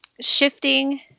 shifting